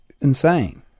insane